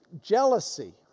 jealousy